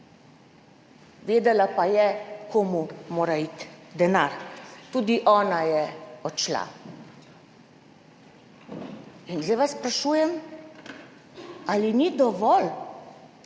Vedela pa je komu mora iti denar. Tudi ona je odšla. In zdaj vas sprašujem, ali ni dovolj,